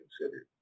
considered